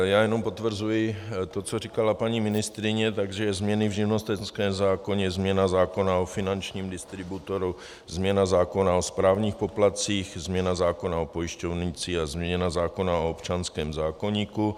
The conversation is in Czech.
Jenom potvrzuji to, co říkala paní ministryně, takže změna v živnostenském zákoně, změna zákona o finančním distributorovi, změna zákona o správních poplatcích, změna zákona o pojišťovnictví a změna zákona o občanském zákoníku.